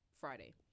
Friday